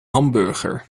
hamburger